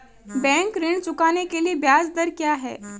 Bank ऋण चुकाने के लिए ब्याज दर क्या है?